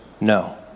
No